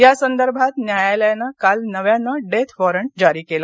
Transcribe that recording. या संदर्भात न्यायालयानं काल नव्यानं डेथ वॉरंट जारी केलं